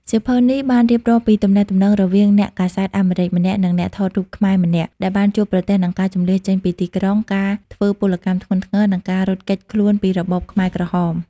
សៀវភៅនេះបានរៀបរាប់ពីទំនាក់ទំនងរវាងអ្នកកាសែតអាមេរិកម្នាក់ និងអ្នកថតរូបខ្មែរម្នាក់ ដែលបានជួបប្រទះនឹងការជម្លៀសចេញពីទីក្រុង ការធ្វើពលកម្មធ្ងន់ធ្ងរ និងការរត់គេចខ្លួនពីរបបខ្មែរក្រហម។